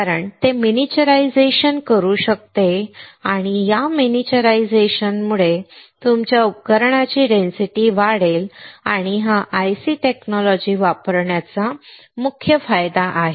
कारण ते मिनीचरआईजेशन करू शकते आणि या मिनीचरआईजेशन मुळे तुमच्या उपकरणाची डेन्सिटी वाढेल आणि हा IC तंत्रज्ञान वापरण्याचा मुख्य फायदा आहे